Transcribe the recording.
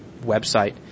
website